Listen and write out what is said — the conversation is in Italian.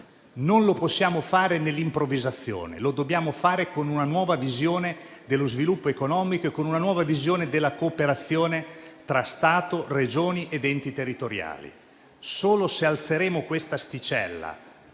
Non lo possiamo fare nell'improvvisazione: lo dobbiamo fare con una nuova visione dello sviluppo economico e della cooperazione tra Stato, Regioni ed enti territoriali. Solo se alzeremo questa asticella,